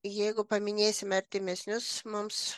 jeigu paminėsime artimesnius mums